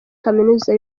kaminuza